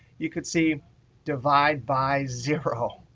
you could see divide by zero.